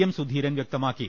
M Sudheeran വൃക്തമാക്കി